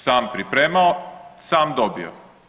Sam pripremao, sam dobio.